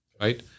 Right